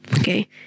Okay